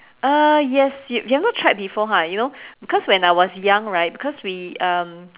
uh yes you have not tried before ha you know because when I was young right because we um